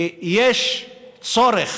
ויש צורך